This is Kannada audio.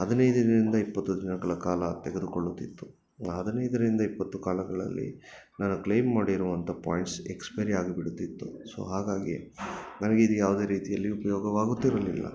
ಹದಿನೈದು ದಿನದಿಂದ ಇಪ್ಪತ್ತು ದಿನಗಳ ಕಾಲ ತೆಗೆದುಕೊಳ್ಳುತ್ತಿತ್ತು ಆ ಹದಿನೈದರಿಂದ ಇಪ್ಪತ್ತು ಕಾಲಗಳಲ್ಲಿ ನನ್ನ ಕ್ಲೇಮ್ ಮಾಡಿರುವಂಥ ಪಾಯಿಂಟ್ಸ್ ಎಕ್ಸ್ಪೈರಿ ಆಗಿ ಬಿಡುತ್ತಿತ್ತು ಸೊ ಹಾಗಾಗಿ ನನಗೆ ಇದ್ಯಾವುದೇ ರೀತಿಯಲ್ಲಿ ಉಪಯೋಗವಾಗುತ್ತಿರಲಿಲ್ಲ